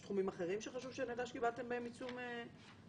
יש תחומים אחרים שחשוב שנדע שקיבלתם בהם עיצום כספי?